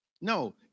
No